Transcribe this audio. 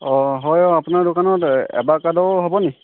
অঁ হয় অঁ আপোনাৰ দোকানত এভাকাডো হ'ব নেকি